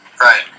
Right